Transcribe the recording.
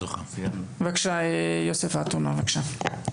בבקשה יוסף עטאונה בבקשה.